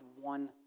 one